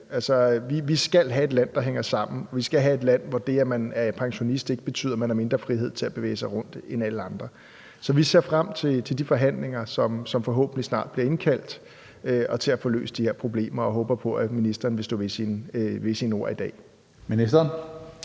Vi skal have et land, der hænger sammen. Vi skal have et land, hvor det, at man er pensionist, ikke betyder, at man har mindre frihed til at bevæge sig rundt end alle andre. Så vi ser frem til de forhandlinger, som der forhåbentlig snart bliver indkaldt til, og til at få løst de her problemer. Vi håber på, at ministeren vil stå ved sine ord i dag. Kl.